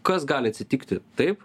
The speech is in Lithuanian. kas gali atsitikti taip